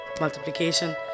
multiplication